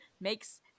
makes